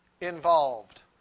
involved